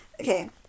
Okay